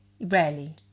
Rarely